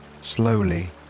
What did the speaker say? Slowly